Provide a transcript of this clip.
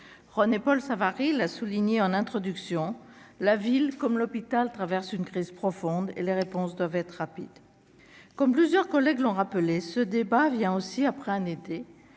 René-Paul Savary, il a souligné en introduction la ville comme l'hôpital, traverse une crise profonde et les réponses doivent être rapide, comme plusieurs collègues l'ont rappelé ce débat vient aussi après un été,